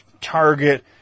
Target